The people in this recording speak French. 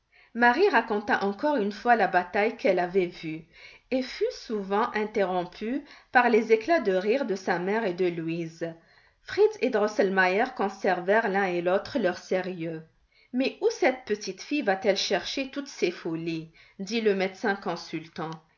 marie raconta encore une fois la bataille qu'elle avait vue et fut souvent interrompue par les éclats de rire de sa mère et de louise fritz et drosselmeier conservèrent l'un et l'autre leur sérieux mais où cette petite fille va-t-elle chercher toutes ces folies dit le médecin consultant